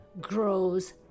grows